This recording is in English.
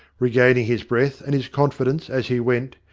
regaining his breath and his confidence as he went,